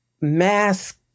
mask